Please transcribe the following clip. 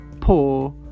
poor